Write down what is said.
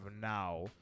now